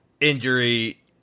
injury